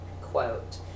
quote